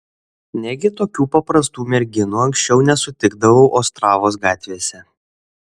negi tokių paprastų merginų anksčiau nesutikdavau ostravos gatvėse